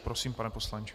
Prosím, pane poslanče.